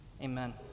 Amen